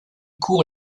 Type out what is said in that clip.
court